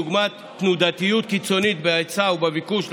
דוגמת תנודתיות קיצונית בהיצע ובביקוש לחלב.